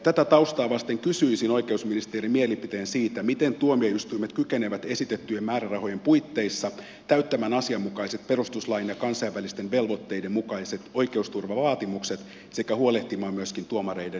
tätä taustaa vasten kysyisin oikeusministerin mielipiteen siitä miten tuomioistuimet kykenevät esitettyjen määrärahojen puitteissa täyttämään asianmukaiset perustuslain ja kansainvälisten velvoitteiden mukaiset oikeusturvavaatimukset sekä huolehtimaan myöskin tuomareiden työkyvystä